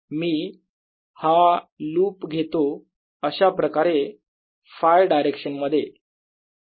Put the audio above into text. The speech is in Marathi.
मी हा लूप घेतो अशाप्रकारे Φ डायरेक्शन मध्ये